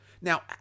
now